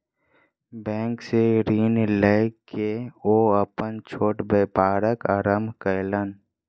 bank सॅ ऋण लय के ओ अपन छोट व्यापारक आरम्भ कयलैन